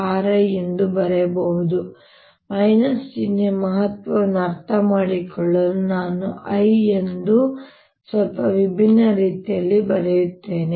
A RI ದು ಬರೆಯಬಹುದು ಮತ್ತು ಈ ಚಿಹ್ನೆಯ ಮಹತ್ವವನ್ನು ಅರ್ಥಮಾಡಿಕೊಳ್ಳಲು ನಾನು I ಎಂದು ಸ್ವಲ್ಪ ವಿಭಿನ್ನ ರೀತಿಯಲ್ಲಿ ಬರೆಯುತ್ತೇನೆ